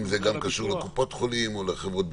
אם זה גם קשור לקופות חולים או לחברות ביטוח,